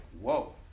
whoa